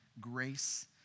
grace